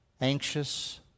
anxious